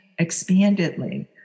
expandedly